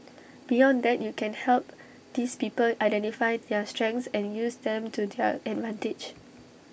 beyond that you can help these people identify their strengths and use them to their advantage